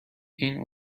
این